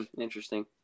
Interesting